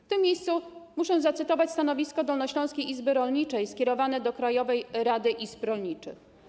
W tym miejscu muszę zacytować stanowisko Dolnośląskiej Izby Rolniczej skierowane do Krajowej Rady Izb Rolniczych.